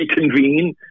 reconvene